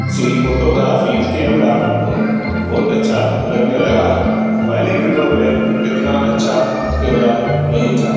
سی photography camera بہت اچھا لگنے لگا ہے پہلے کے دور میں اتنا اچھا کیمرہ نہیں تھا